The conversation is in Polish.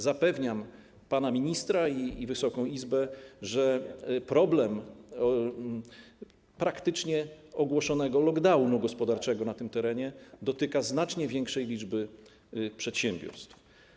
Zapewniam pana ministra i Wysoką Izbę, że problem praktycznie ogłoszonego lockdownu gospodarczego na tym terenie dotyka znacznie większej liczby przedsiębiorstw.